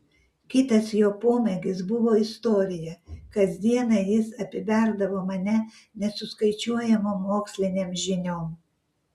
kitas jo pomėgis buvo istorija kasdieną jis apiberdavo mane nesuskaičiuojamom mokslinėm žiniom